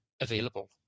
available